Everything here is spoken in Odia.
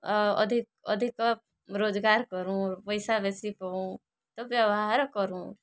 ଅଧିକ ଅଧିକ ରୋଜଗାର କରୁଁ ପଇସା ବେଶି କମାଉଁ ତ ବ୍ୟବହାର କରୁଁ